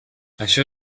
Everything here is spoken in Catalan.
això